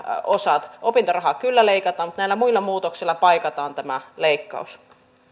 osat opintorahaa kyllä leikataan mutta näillä muilla muutoksilla paikataan tämä leikkaus